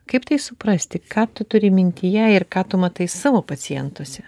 kaip tai suprasti ką tu turi mintyje ir ką tu matai savo pacientuose